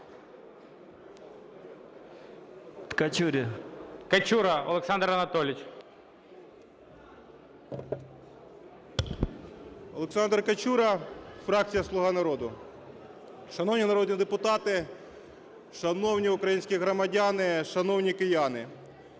Олександр Качура, фракція "Слуга народу". Шановні народні депутати, шановні українські громадяни, шановні кияни,